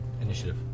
initiative